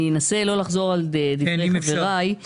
אני אנסה לא לחזור על דברי חבריי.